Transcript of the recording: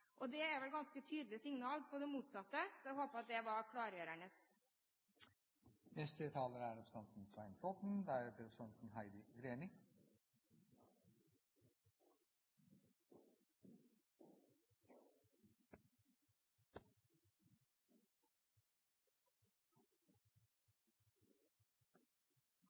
landbruksoverføringene.» Det er vel et ganske tydelig signal på det motsatte, så jeg håper at det var klargjørende. Representanten Svein